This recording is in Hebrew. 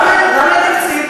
למה אין תקציב?